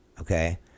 okay